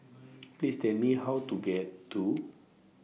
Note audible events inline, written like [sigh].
[noise] Please Tell Me How to get to [noise]